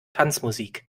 tanzmusik